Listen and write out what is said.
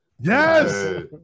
Yes